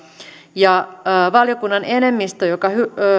valiokunnan enemmistö joka